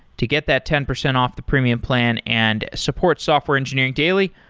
to get that ten percent off the premium plan and support software engineering daily,